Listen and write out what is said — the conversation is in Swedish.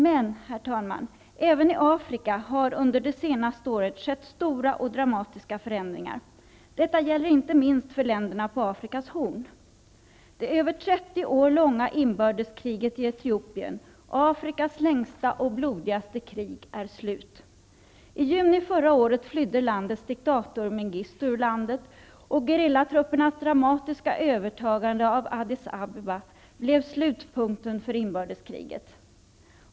Men, herr talman, även i Afrika har under det senaste året skett stora och dramatiska förändringar. Detta gäller inte minst för länderna på Afrikas Horn. Det över 30 år långa inbördeskriget i Etiopien -- Afrikas längsta och blodigaste krig -- är slut. I juni förra året flydde diktatorn Mengistu ur landet, och gerillatruppernas dramatiska övertagande av Addis Abeba blev slutpunkten för inbördeskriget.